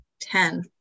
ten